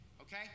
Okay